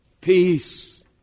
peace